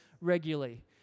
regularly